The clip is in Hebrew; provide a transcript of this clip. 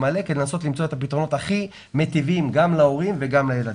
מלא כדי לנסות למצוא את הפתרונות הכי מיטיבים גם להורים וגם לילדים.